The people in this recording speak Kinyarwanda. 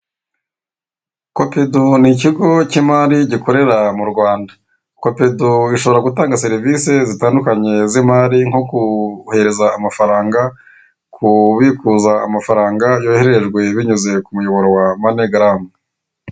Kopedu ni ikigo k'imari gikorera mu Rwanda. Kodedu ishobora gutanga serivise z'imari zitandukanye z'imari nko kohereza amafaranga, kubikuza amafaranga yoherejwe binyuze ku muyoboro wa manegaramu.